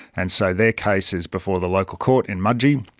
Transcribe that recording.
and so their case is before the local court in mudgee.